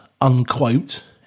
unquote